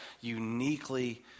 uniquely